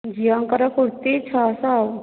ଝିଅଙ୍କର କୁର୍ତି ଛଅଶହ ଆଉ